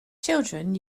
children